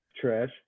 trash